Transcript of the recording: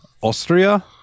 Austria